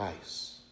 ice